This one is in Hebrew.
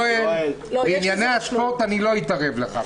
יואל, בענייני הספורט אני לא אתערב לך.